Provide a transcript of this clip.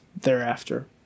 thereafter